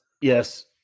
Yes